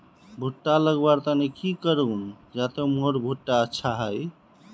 भुट्टा लगवार तने की करूम जाते मोर भुट्टा अच्छा हाई?